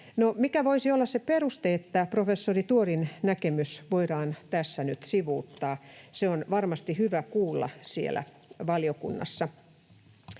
mikä voisi olla se peruste, että professori Tuorin näkemys voidaan tässä nyt sivuuttaa? Se on varmasti hyvä kuulla siellä valiokunnassa.